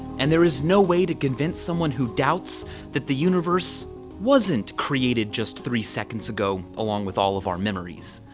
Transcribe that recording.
and there is no way to convince someone who doubts that the universe wasn't created just three seconds ago along with all of our memories.